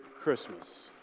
Christmas